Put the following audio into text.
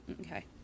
Okay